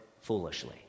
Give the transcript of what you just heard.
foolishly